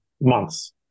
months